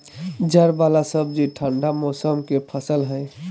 जड़ वाला सब्जि ठंडा मौसम के फसल हइ